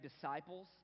disciples